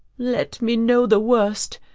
let me know the worst,